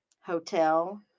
hotel